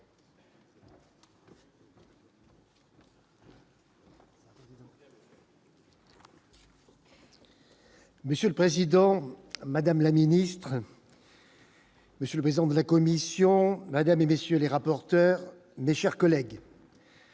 Monsieur le Président, Madame la ministre. Monsieur le président de la commission, Madame et messieurs les rapporteurs chers collègues.